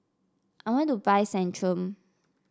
I want to buy Centrum